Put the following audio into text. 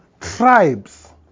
tribes